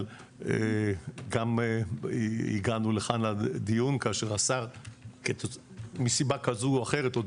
אבל גם הגענו לכאן לדיון כאשר השר מסיבה כזו או אחרת עוד